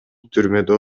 түрмөдө